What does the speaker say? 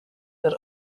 that